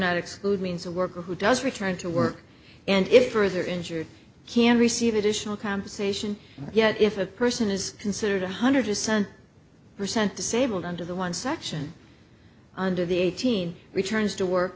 not exclude means a worker who does return to work and if for they're injured can receive additional compensation yet if a person is considered one hundred percent percent disabled under the one section under the eighteen returns to work